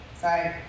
Sorry